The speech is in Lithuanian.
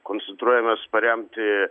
koncentruojamės paremti